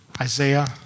Isaiah